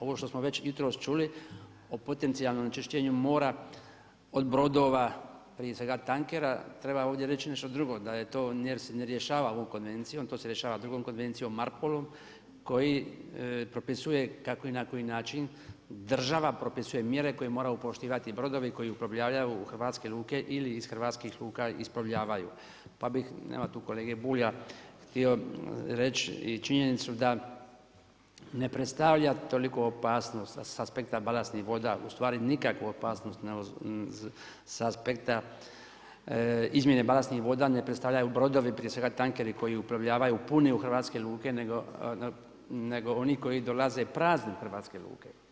Ovo što smo već jutros čuli o potencijalnom onečišćenju mora od brodova, prije svega tankera treba ovdje reći nešto drugo, da se to ne rješava ovom konvencijom, to se rješava drugom konvencijom … koji propisuje kako i na koji način država propisuje mjere koje moraju poštivati brodovi koji uplovljavaju u hrvatske luke ili iz hrvatskih luka isplovljavaju pa bih, nema tu kolege Bulja, htio reći i činjenicu da ne predstavlja toliku opasnost sa aspekta balastnih voda, u stvari nikakvu opasnost sa aspekta izmjene balastnih voda ne predstavljaju brodovi, prije svega tankeri koji uplovljavaju puni u hrvatske luke nego oni koji dolaze prazni u hrvatske luke.